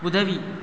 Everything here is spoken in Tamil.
உதவி